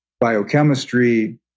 biochemistry